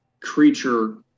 creature